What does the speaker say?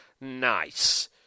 Nice